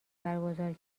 برگزار